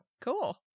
cool